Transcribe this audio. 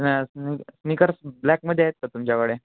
नाही स्न स्निकर्स ब्लॅकमध्ये आहेत का तुमच्याकडे